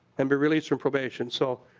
and but release from probation. so